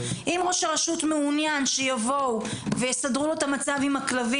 אם ראש הרשות מעוניין שיבואו ויסדרו לו את המצב עם הכלבים,